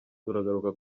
turagaruka